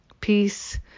Peace